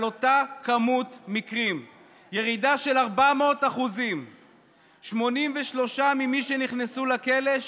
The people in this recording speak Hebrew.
עם אותו מספר מקרים ירידה של 400%. 83 ממי שנכנסו לכלא,